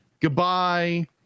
goodbye